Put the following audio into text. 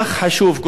כל כך חיוני,